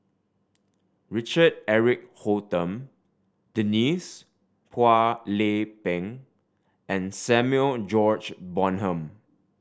Richard Eric Holttum Denise Phua Lay Peng and Samuel George Bonham